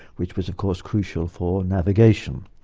which was of course crucial for navigation.